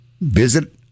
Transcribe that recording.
visit